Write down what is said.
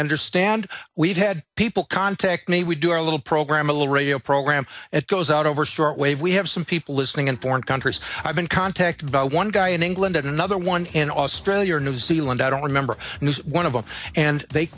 understand we've had people contact me we do our little program a little radio program that goes out over shortwave we have some people listening in foreign countries i've been contacted about one guy in england and another one in australia or new zealand i don't remember one of them and they